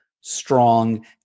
strong